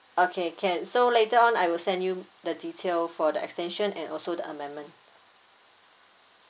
okay can so later on I will send you the detail for the extension and also the amendment